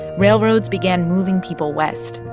railroads began moving people west,